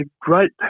great